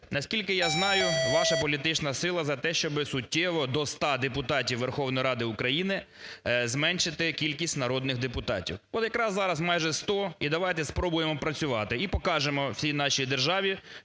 Наскільки я знаю, ваша політична сила за те, щоб суттєво, до 100 депутатів Верховної Ради України зменшити кількість народних депутатів. От якраз зараз майже 100 і давайте спробуємо працювати, і покажемо всій нашій державі,